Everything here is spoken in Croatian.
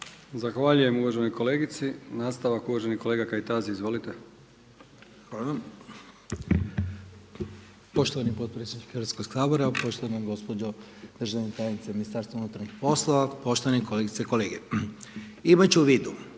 Zahvaljujem uvaženoj kolegici. Nastavak uvaženi kolega Kajtazi. Izvolite. **Kajtazi, Veljko (Nezavisni)** Hvala poštovani potpredsjedniče Hrvatskog sabora, poštovana gospođo državna tajnice Ministarstva unutarnjih poslova, poštovani kolegice i kolege. Imajući u vidu